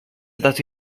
dato